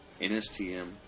NSTM